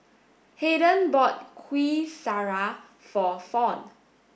Hayden bought Kuih Syara for Fawn